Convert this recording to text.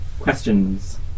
questions